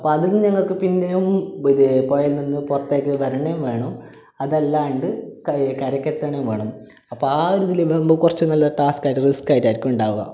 അപ്പം അതിൽ നിന്ന് ഞങ്ങൾക്ക് പിന്നെയും പുഴയിൽ നിന്ന് പുറത്തേക്ക് വരണം വേണം അതല്ലാണ്ട് കൈ കരക്കെത്തണേ വേണം അപ്പം ആ ഒരിതിലാകുമ്പോൾ കുറച്ച് നല്ല ടാസ്ക്കാട്ടാ റിസ്ക്കാട്ടാരിക്കു ഉണ്ടാവാ